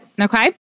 Okay